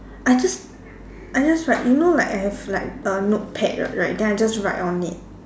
I just I just write you know like I have like a note pad r~ right then I just write on it